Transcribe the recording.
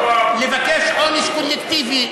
לבקש עונש קולקטיבי,